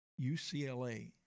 UCLA